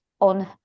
on